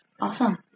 Awesome